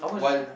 one